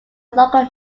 local